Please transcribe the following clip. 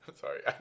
sorry